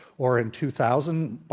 or in two thousand,